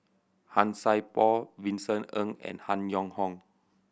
Han Sai Por Vincent Ng and Han Yong Hong